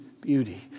beauty